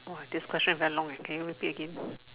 orh this question very long can you repeat again